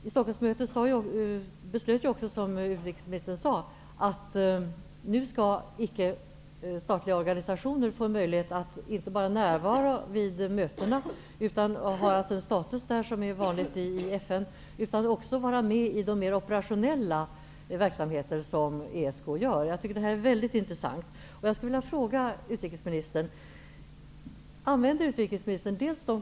I Stockholmsmötet beslutade man, som utrikesministern sade, att icke-statliga organisationer nu skall få möjlighet att inte bara närvara vid mötena och ha en status som är vanlig inom FN utan också vara med i de mera operationella verksamheter som EESK har. Det tycker jag är väldigt intressant.